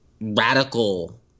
radical